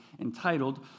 entitled